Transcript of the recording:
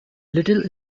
little